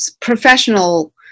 professional